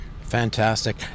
Fantastic